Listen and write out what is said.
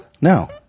No